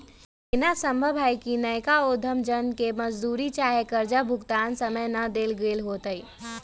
एना संभव हइ कि नयका उद्यम जन के मजदूरी चाहे कर्जा भुगतान समय न देल गेल होतइ